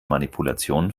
manipulation